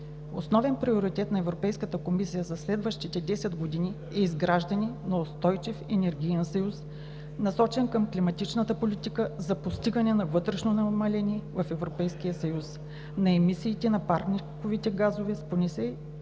Основен приоритет на Европейската комисия за следващите десет години е изграждане на устойчив Енергиен съюз, насочен към климатичната политика за постигане на вътрешно намаление в Европейския съюз на емисиите на парникови газове с поне